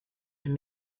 and